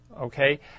okay